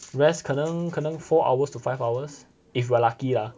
rest 可能可 four hours to five hours if we're lucky lah